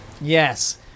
yes